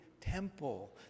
temple